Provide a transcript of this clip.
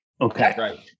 Okay